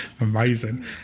Amazing